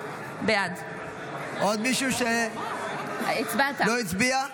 בעד עוד מישהו שלא הצביע?